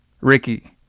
Ricky